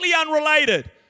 unrelated